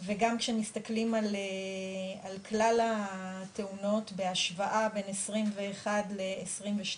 וגם כשמסתכלים על כלל התאונות בהשוואה בין 2021 ל-2022,